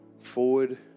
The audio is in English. forward